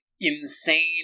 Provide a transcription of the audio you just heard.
insane